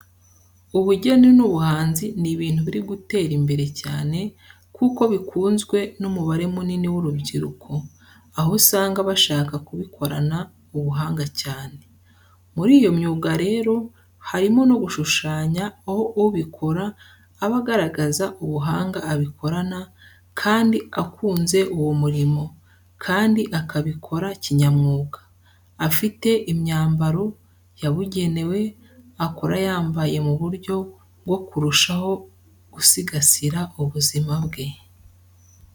Ubugeni n'ubuhanzi ni ibintu biri gutera imbere cyane kuko bikunzwe n'umubare munini w'urubyiruko, aho usanga bashaka kubikorana ubuhanga cyane. Muri iyo myuga rero harimo no gushushanya aho ubikora aba agaragaza ubuhanga abikorana kandi akunze uwo murimo kandi akabikora kinyamwuga, afite imyambaro yabugenewe akora yambaye mu buryo bwo kurushaho gusigasira ubuzima bwe.